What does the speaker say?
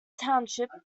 township